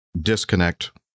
disconnect